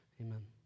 Amen